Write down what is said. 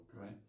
right